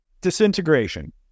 Disintegration